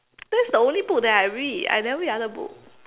that's the only book that I read I never read other books